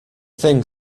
thing